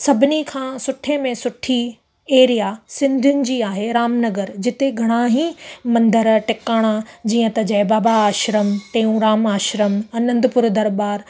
सभिनी खां सुठे में सुठी एरिया सिंधियुनि जी आहे रामनगर जिते घणा ई मंदर टिकाणा जीअं त जय बाबा आश्रम टेऊंराम आश्रम अनंदपुर दरबारु